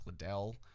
Liddell